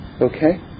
Okay